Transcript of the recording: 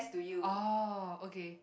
oh okay